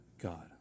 God